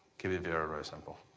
keep it very, very simple.